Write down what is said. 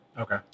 Okay